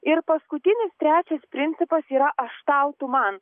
ir paskutinis trečias principas yra aš tau tu man